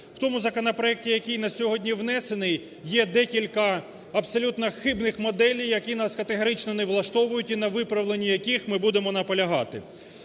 В тому законопроекті, який на сьогодні внесений, є декілька абсолютно хибних моделей, які нас категорично не влаштовують і на виправленні яких ми будемо наполягати.